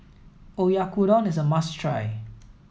Oyakodon is a must try